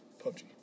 PUBG